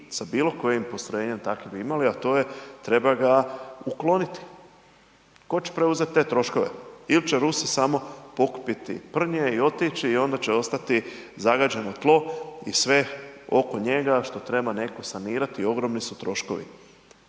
sa bilo kojim postrojenjem takvim bi imali, a to je, treba ga ukloniti, tko će preuzet te troškove, il će Rusi samo pokupiti prnje i otići i onda će ostati zagađeno tlo i sve oko njega što treba netko sanirati, ogromni su troškovi.